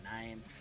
name